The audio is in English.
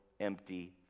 empty